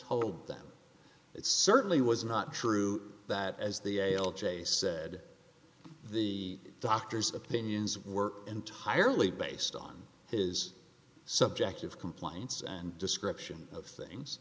told them it certainly was not true that as the ail chase said the doctors opinions were entirely based on his subjective compliance and description of things